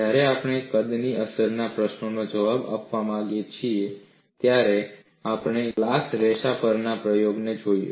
જ્યારે આપણે કદની અસરના પ્રશ્નનો જવાબ આપવા માંગીએ છીએ ત્યારે આપણે ગ્લાસ રેસા પરના પ્રયોગને જોયો